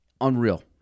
Unreal